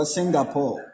Singapore